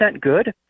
good